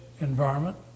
environment